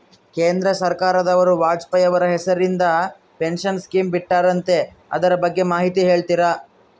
ಕೇಂದ್ರ ಸರ್ಕಾರದವರು ವಾಜಪೇಯಿ ಅವರ ಹೆಸರಿಂದ ಪೆನ್ಶನ್ ಸ್ಕೇಮ್ ಬಿಟ್ಟಾರಂತೆ ಅದರ ಬಗ್ಗೆ ಮಾಹಿತಿ ಹೇಳ್ತೇರಾ?